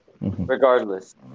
Regardless